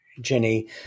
Jenny